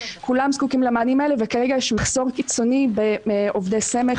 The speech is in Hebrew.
כולם זקוקים למענים האלה וכרגע יש מחסור קיצוני בעובדי סמך